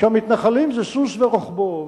שהמתנחלים זה סוס ורוכבו.